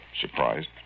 surprised